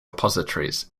repositories